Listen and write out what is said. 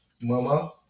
Mama